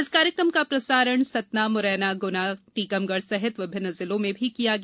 इस कार्यक्रम का प्रसारण सतना मुरैना गुना टीकमगढ़ सहित विभिन्न जिलों में भी किया गया